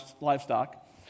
livestock